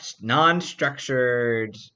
non-structured